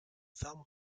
thumb